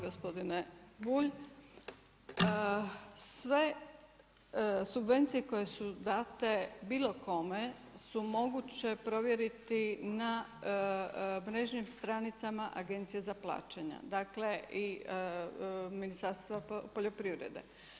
Gospodine Bulj, sve subvencije koje su dane bilo kome su moguće provjeriti na mrežnim stranicama Agencije za plaćanja dakle i Ministarstva poljoprivrede.